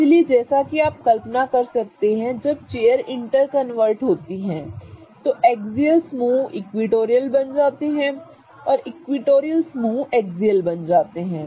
इसलिए जैसा कि आप कल्पना कर सकते हैं जब चेयर इंटरकन्वर्ट होती हैं तो एक्सियल समूह इक्विटोरियल बन जाते हैं और इक्विटोरियल समूह एक्सियल बन जाते हैं